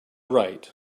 right